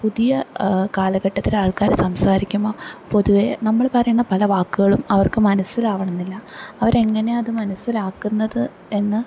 പുതിയ കാലഘട്ടത്തിലെ ആൾക്കാര് സംസാരിക്കുമ്പോൾ പൊതുവേ നമ്മള് പറയുന്ന പല വാക്കുകളും അവർക്ക് മനസ്സിലാവണം എന്നില്ല അവരെങ്ങനെയാണ് അത് മനസ്സിലാക്കുന്നത് എന്ന്